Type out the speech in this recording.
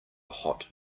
hot